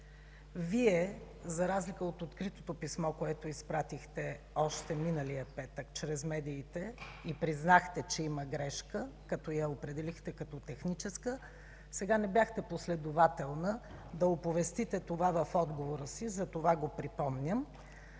Вие, за разлика от откритото писмо, което изпратихте още миналия петък чрез медиите и признахте, че има грешка, като я определихте като техническа, сега не бяхте последователна да я оповестите в отговора си, затова го припомням.